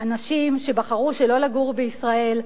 אנשים שבחרו שלא לגור בישראל,